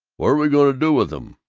what are we going to do with em?